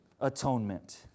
atonement